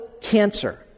cancer